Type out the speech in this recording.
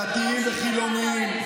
של דתיים וחילונים,